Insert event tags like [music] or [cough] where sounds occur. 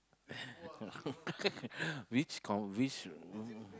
[laughs] which con which room